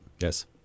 Yes